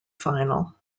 final